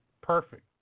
perfect